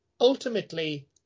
ultimately